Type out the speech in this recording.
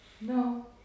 No